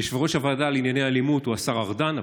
יושב-ראש הוועדה לענייני אלימות הוא השר ארדן,